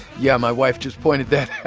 yeah, my wife just pointed that